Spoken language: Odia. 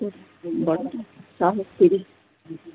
ହଁ ଭଲ ଶହେକୁ ତିରିଶ